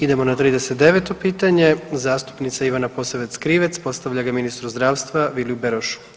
Idemo na 39. pitanje zastupnica Ivana Posavec Krivec postavlja ga ministru zdravstva Viliju Berošu.